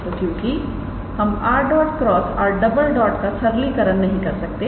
तोक्योंकि हम 𝑟̇ × 𝑟̈ का सरलीकरण नहीं कर सकते